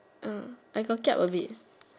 uh I got kiap a bit